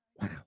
Wow